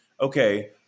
okay